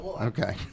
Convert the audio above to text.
Okay